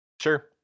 sure